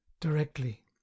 directly